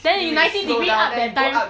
then you ninety degree up that time